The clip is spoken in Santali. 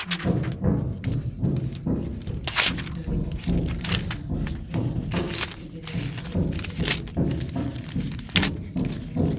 ᱱᱚᱝᱠᱟ ᱠᱟᱛᱮ ᱟᱵᱚ ᱨᱮᱱ ᱜᱤᱫᱽᱨᱟᱹ ᱠᱚ ᱱᱟᱭᱛᱮ ᱱᱟᱯᱟᱭ ᱛᱮ ᱵᱮᱥ ᱦᱚᱨᱛᱮ ᱤᱫᱤ ᱨᱮᱭᱟᱜ ᱠᱩᱨᱩᱢᱩᱴᱩ ᱨᱮᱵᱚᱱ ᱛᱟᱦᱮᱱ ᱢᱟ ᱪᱷᱩᱴᱟᱹᱣ ᱛᱟᱦᱮᱱ ᱢᱟᱵᱚᱱ